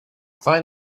find